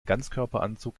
ganzkörperanzug